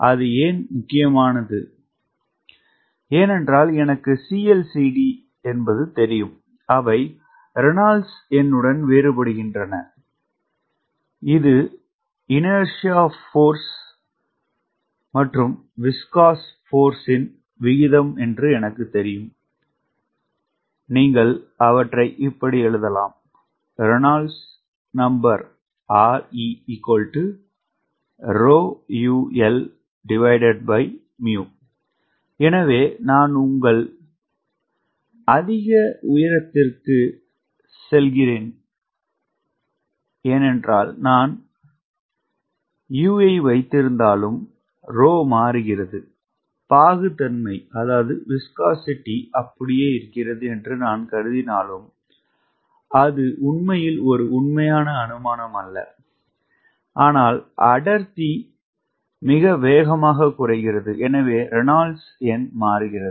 அது ஏன் முக்கியமானது ஏனென்றால் எனக்கு CL CD தெரியும் அவை ரெனால்ட்ஸ் எண்ணுடன் வேறுபடுகின்றன இது பிசுபிசுப்பு சக்தியால் மந்தநிலை சக்தியின் விகிதம் என்று எனக்குத் தெரியும் நீங்கள் எழுதலாம் 𝑅e 𝜌𝑈𝐿𝜇 எனவே நான் அதிக உயரத்திற்குச் செல்கிறேன் ஏனென்றால் நான் U ஐ வைத்திருந்தாலும் ரோ மாறுகிறது பாகுத்தன்மை அப்படியே இருக்கிறது என்று நான் கருதினாலும் அது உண்மையில் ஒரு உண்மையான அனுமானம் அல்ல ஆனால் அடர்த்தி மிக வேகமாக குறைகிறது எனவே ரெனால்ட் எண் மாறுகிறது